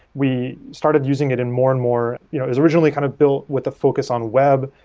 we started using it in more and more you know it's originally kind of built with a focus on web.